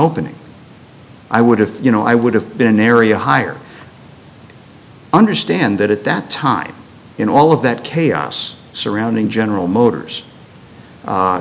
opening i would have you know i would have been an area hire understand that at that time in all of that chaos surrounding general motors